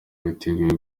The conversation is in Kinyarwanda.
witegura